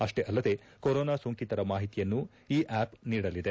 ಆಷ್ಪೇ ಅಲ್ಲದೆ ಕೊರೋನಾ ಸೋಂಕಿತರ ಮಾಹಿತಿಯನ್ನು ಈ ಆಪ್ ನೀಡಲಿದೆ